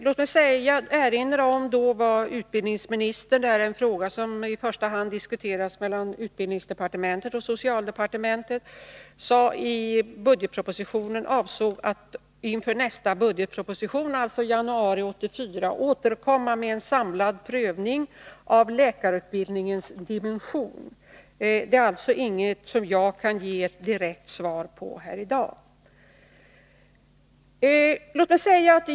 Låt mig erinra om vad utbildningsministern sade i budgetpropositionen — det här är en fråga som i första hand diskuteras mellan utbildningsdepartementet och socialdepartementet. Hon avsåg att inför nästa budgetproposition, alltså i januari 1984, återkomma med en samlad prövning av läkarutbildningens dimensionering. Det är alltså inget som jag kan ge ett direkt svar på här i dag.